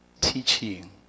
teaching